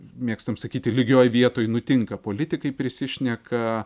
mėgstam sakyti lygioj vietoj nutinka politikai prisišneka